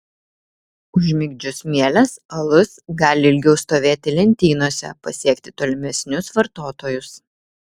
užmigdžius mieles alus gali ilgiau stovėti lentynose pasiekti tolimesnius vartotojus